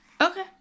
Okay